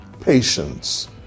patience